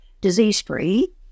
disease-free